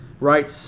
Writes